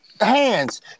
hands